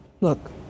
look